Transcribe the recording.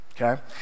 okay